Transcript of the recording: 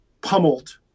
pummeled